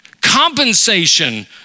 compensation